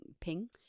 ping